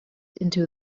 into